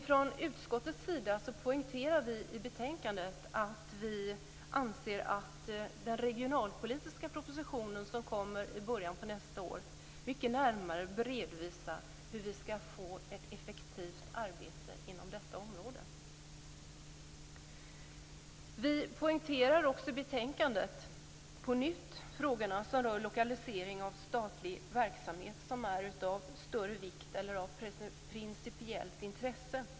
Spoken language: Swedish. Från utskottets sida poängterar vi i betänkandet att vi anser att den regionalpolitiska propositionen, som kommer i början av nästa år, mycket närmare bör redovisa hur vi skall få ett effektivt arbete inom detta område. Vi poängterar också i betänkandet på nytt frågorna som rör lokaliseringen av statlig verksamhet som är av större vikt eller av principiellt intresse.